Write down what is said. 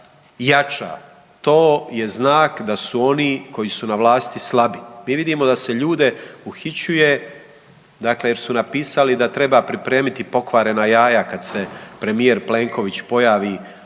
jača to je znak da su oni koji su na vlasti slabi. Mi vidimo da se ljude uhićuje dakle jer su napisali da treba pripremiti pokvarena jaja kad se premijer Plenković pojavi u